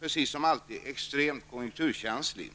precis som alltid, extremt konjunkturkänslig.